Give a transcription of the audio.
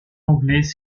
anglais